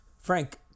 Frank